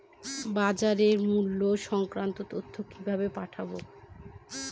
বাজার মূল্য সংক্রান্ত তথ্য কিভাবে পাবো?